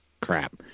crap